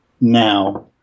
Now